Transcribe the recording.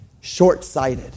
short-sighted